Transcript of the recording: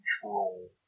control